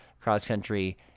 cross-country